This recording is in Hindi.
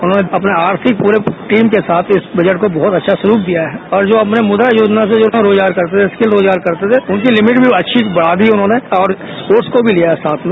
उन्होंने आर्थिक पूरे टीम के साथ इस बजट को बहत अच्छा स्वरूप दिया है और जो अपने मुद्रा योजना से जो रोजगार करते थे सकिल रोजगार करते थे उनकी लिमिट भी अच्छी बढ़ा दी उनहोंने और स्पोर्ट्स को भी लिया साथ में